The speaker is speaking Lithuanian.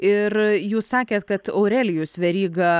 ir jūs sakėt kad aurelijus veryga